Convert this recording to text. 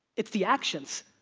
it's the actions.